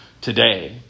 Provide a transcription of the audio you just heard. today